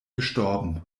gestorben